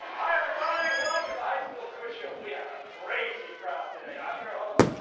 hi, everybody, welcome to high school quiz show. we have a crazy crowd today. i'm your host,